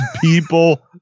people